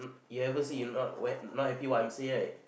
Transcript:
you ever say you not where not happy what I'm say right